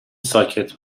ساکت